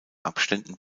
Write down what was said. abständen